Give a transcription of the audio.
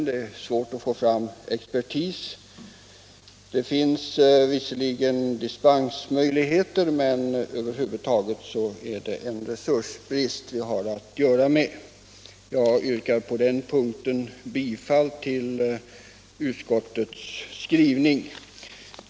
Det är svårt att få fram expertis. Det finns visserligen dispensmöjligheter, men över huvud taget är det resursbrist vi har att göra med. Jag yrkar på denna punkt bifall till utskottets hemställan.